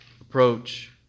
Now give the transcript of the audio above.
approach